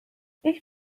ich